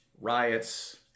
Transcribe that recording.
riots